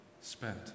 spent